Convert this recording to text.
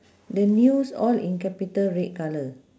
the news all in capital red colour